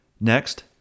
Next